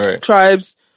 tribes